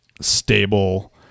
stable